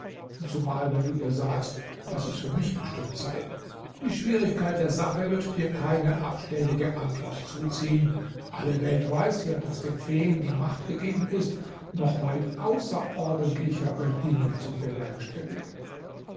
zumal wenn du ihr sagst daß es für mich bestimmt sei die schwierigkeit der sache wird dir keine abschlägige antwort zuziehen alle welt weiß ja daß den feen die macht gegeben ist noch weit außerordentlichere dinge zu bewerkstelligen